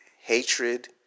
hatred